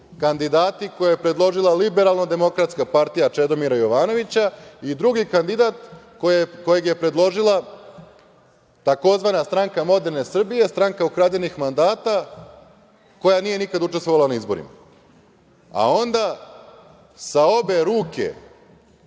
kandidati koje je predložila Liberalno-demokratska partija Čedomira Jovanovića i drugi kandidat kojeg je predložila, tzv. Stranka moderne Srbije, stranka ukradenih mandata, koja nije nikad učestvovala na izborima. A onda, sa obe ruke